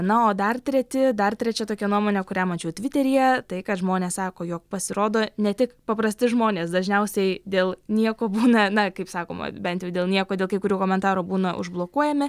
na o dar treti dar trečia tokia nuomonė kurią mačiau tviteryje tai kad žmonės sako jog pasirodo ne tik paprasti žmonės dažniausiai dėl nieko būna na kaip sakoma bent jau dėl nieko dėl kai kurių komentarų būna užblokuojami